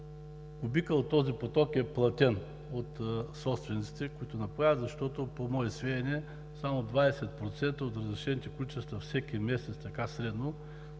кубика от този поток е платен от собствениците, които напояват? Защото по мое сведение само 20% от разрешените количества всеки месец средно